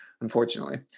unfortunately